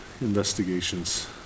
investigations